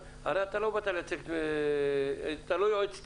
הרי אתה לא יועץ טכני,